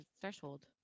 threshold